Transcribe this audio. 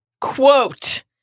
quote